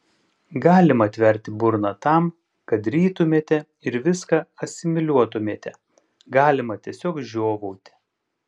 galima atverti burną tam kad rytumėme ir viską asimiliuotumėme galima tiesiog žiovauti